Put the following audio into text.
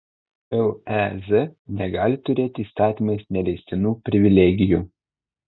lez negali turėti įstatymais neleistinų privilegijų